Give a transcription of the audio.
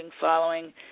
following